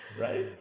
Right